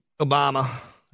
Obama